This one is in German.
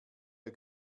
der